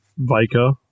Vika